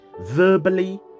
verbally